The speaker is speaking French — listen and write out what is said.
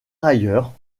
ailleurs